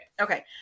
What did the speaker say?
Okay